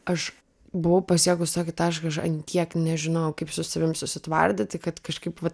aš buvau pasiekus tokį tašką aš ant tiek nežinojau kaip su savim susitvardyti kad kažkaip vat